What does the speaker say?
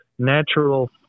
natural